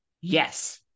yes